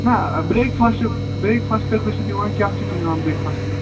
نَہ برٛیک فاسٹہٕ برٛیک فاسٹہٕ کٔژِ بَجہِ چھُو نِوان کیٛاہ چھُو تُہۍ نِوان برٛیک فاسٹَس منٛز